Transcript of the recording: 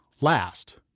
last